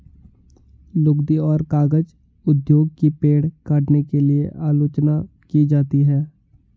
लुगदी और कागज उद्योग की पेड़ काटने के लिए आलोचना की जाती है